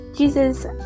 Jesus